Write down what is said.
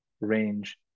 range